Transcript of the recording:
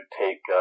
take